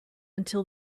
until